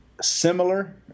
similar